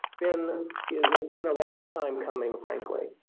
been has been a long time coming, frankly.